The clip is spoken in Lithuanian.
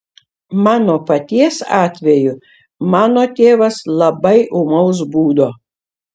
mano paties atveju mano tėvas labai ūmaus būdo